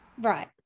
Right